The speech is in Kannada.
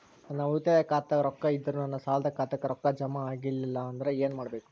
ನನ್ನ ಉಳಿತಾಯ ಖಾತಾದಾಗ ರೊಕ್ಕ ಇದ್ದರೂ ನನ್ನ ಸಾಲದು ಖಾತೆಕ್ಕ ರೊಕ್ಕ ಜಮ ಆಗ್ಲಿಲ್ಲ ಅಂದ್ರ ಏನು ಮಾಡಬೇಕು?